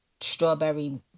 strawberry